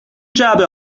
جعبه